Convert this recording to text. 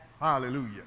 hallelujah